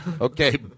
Okay